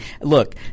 look